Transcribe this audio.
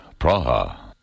Praha